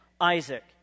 Isaac